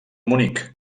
munic